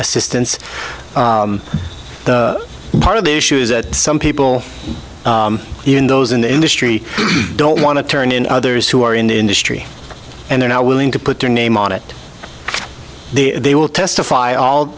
assistance in part of the issues that some people even those in the industry don't want to turn in others who are in the industry and they're now willing to put their name on it they will testify all